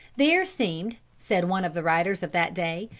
there seemed, said one of the writers of that day,